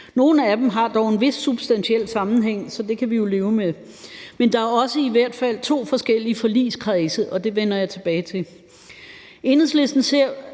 Nogle af dem har dog en vis substantiel sammenhæng, så det kan vi jo leve med, men der er i hvert fald også to forskellige forligskredse, og det vender jeg tilbage til. Enhedslisten ser